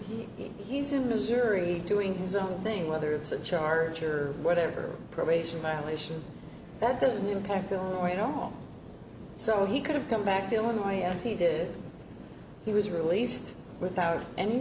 mr he's in missouri doing his own thing whether it's a charge or whatever probation violation that doesn't impact illinois you know so he could have come back til my ass he did he was released without any